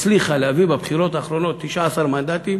הצליחה להביא בבחירות האחרונות 19 מנדטים